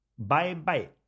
Bye-bye